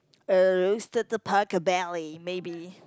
uh roasted pork belly maybe